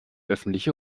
öffentliche